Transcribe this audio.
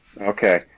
Okay